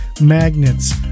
magnets